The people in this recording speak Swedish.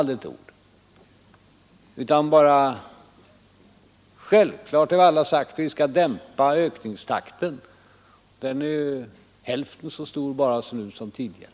Det är självklart, och det har alla sagt, att vi skall dämpa ökningstakten, men den är bara hälften så stor nu som tidigare.